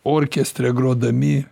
orkestre grodami